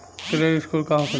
Credit score का होखेला?